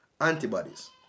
antibodies